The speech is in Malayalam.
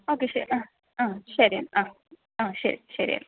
ഓക്കെ ശരി ആ ആ ശരി എന്നാല് ആ ആ ശരി ശരി എന്നാല്